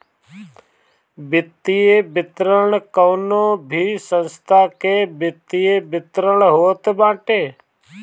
वित्तीय विवरण कवनो भी संस्था के वित्तीय विवरण होत बाटे